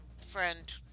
friend